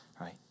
right